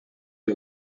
the